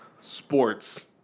sports